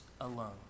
alone